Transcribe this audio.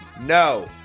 No